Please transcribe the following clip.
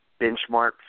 benchmark